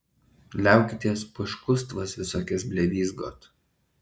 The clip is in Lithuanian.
liaukitės paškustvas visokias blevyzgot